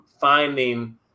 finding